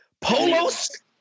Polos